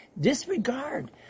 Disregard